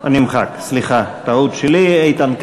הוא נמחק, סליחה, טעות שלי, איתן כבל,